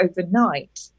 overnight